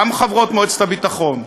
גם חברות מועצת הביטחון,